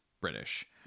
British